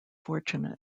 fortunate